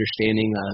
understanding